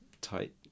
tight